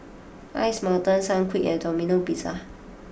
Ice Mountain Sunquick and Domino Pizza